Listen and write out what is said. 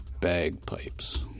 Bagpipes